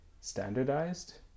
standardized